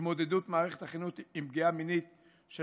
התמודדות מערכת החינוך עם פגיעה מינית של